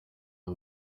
iyo